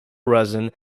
resin